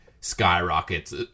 skyrockets